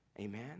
Amen